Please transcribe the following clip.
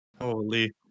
Holy